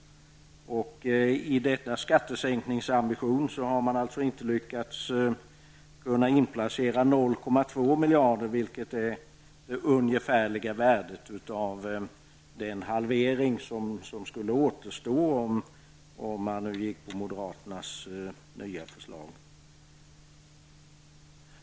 I denna skattesänkningsambition har moderaterna inte lyckats inplacera 0,2 miljarder kronor, vilket är det ungefärliga värdet av den halvering som skulle återstå om man gick på moderaternas nya förslag.